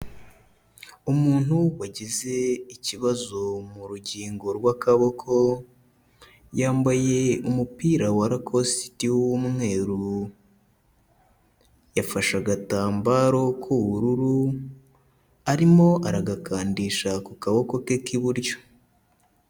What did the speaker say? Umuntu wagize ikibazo mu rugingo rw'akaboko, yambaye umupira wa rakositi w'umweru. Yafashe agatambaro k'ubururu, arimo aragakandisha ku kaboko ke k'iburyo.